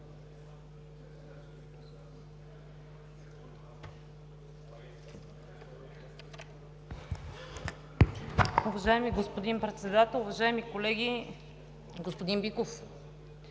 Уважаеми господин Председател, уважаеми колеги! Господин Биков,